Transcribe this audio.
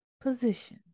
position